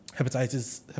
hepatitis